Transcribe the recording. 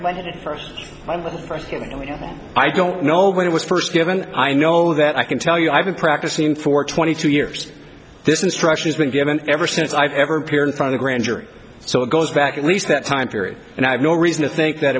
by first on the first i don't know when it was first given i know that i can tell you i've been practicing for twenty two years this instruction has been given ever since i've ever peered from the grand jury so it goes back at least that time period and i have no reason to think that